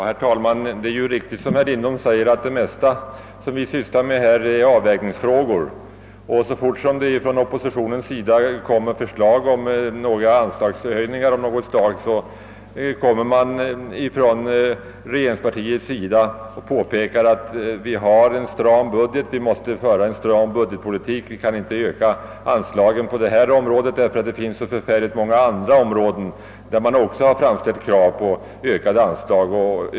Herr talman! Det är riktigt som herr Lindholm säger; det mesta som vi sysslar med här i riksdagen är avvägningsfrågor. Och varje gång som vi inom oppositionen föreslår anslagshöjningar på något område säger regeringen att vi måste föra en stram budgetpolitik och att man därför inte kan öka anslaget. Man framhåller också att det finns så många andra områden där krav framställts om ökade anslag.